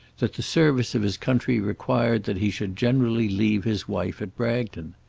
that the service of his country required that he should generally leave his wife at bragton.